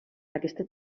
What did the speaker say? aquesta